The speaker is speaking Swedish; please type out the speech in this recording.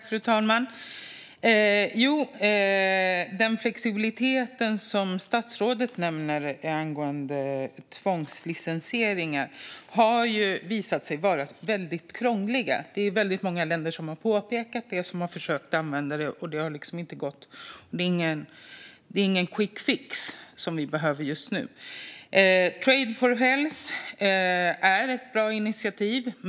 Fru talman! Den flexibilitet som statsrådet nämner angående tvångslicensieringar har visat sig vara väldigt krånglig. Det är väldigt många länder som har påpekat det och som har försökt att använda det. Det har inte gått. Det är ingen quickfix, som är vad vi behöver just nu. Trade for Health är ett bra initiativ.